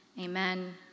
Amen